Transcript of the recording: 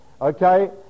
Okay